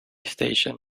station